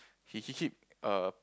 he he keep err